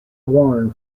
worn